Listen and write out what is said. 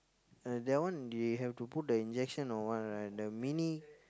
uh that one they have to put the injection or what right the mini